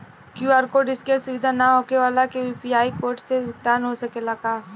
QR code scan सुविधा ना होखे वाला के यू.पी.आई कोड से भुगतान हो सकेला का?